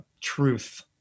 truth